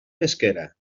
pesquera